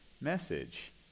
message